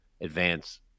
Advance